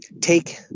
take